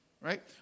right